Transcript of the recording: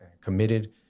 committed